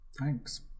Thanks